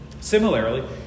Similarly